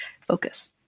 focus